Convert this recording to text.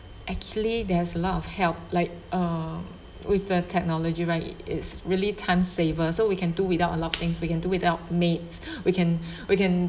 actually there's a lot of help like uh with the technology right it's really time-saver so we can do without a lot of things we can do without mates we can we can